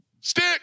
Stick